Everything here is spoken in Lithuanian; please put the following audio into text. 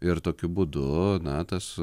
ir tokiu būdu na tas